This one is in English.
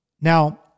Now